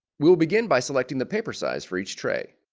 we will begin by selecting the paper size for each tray.